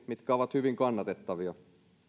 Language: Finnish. mitkä ovat hyvin kannatettavia